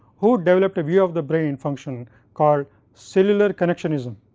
who developed a view of the brain function called cellular connectionism.